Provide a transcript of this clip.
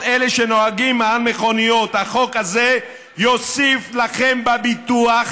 כל אלה שנוהגים במכוניות: החוק הזה יוסיף לכם בביטוח